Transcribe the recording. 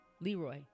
Leroy